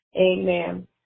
amen